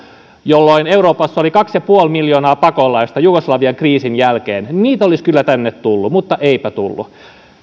jolloin euroopassa oli kaksi pilkku viisi miljoonaa pakolaista jugoslavian kriisin jälkeen heitä olisi kyllä tänne tullut mutta eipä tullut